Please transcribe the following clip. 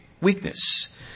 weakness